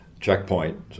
checkpoint